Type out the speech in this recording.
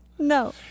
no